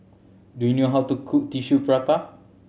do you know how to cook Tissue Prata